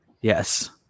yes